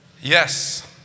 Yes